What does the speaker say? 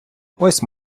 ось